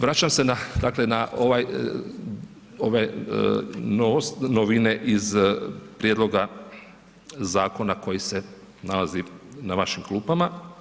Vraćam se na, dakle, na ove novine iz prijedloga zakona koji se nalazi na vašim klupama.